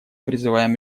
призываем